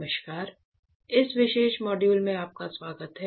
नमस्कार विशेष मॉड्यूल में आपका स्वागत है